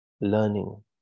learning